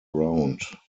round